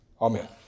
Amen